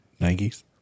nikes